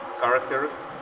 characters